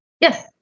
Yes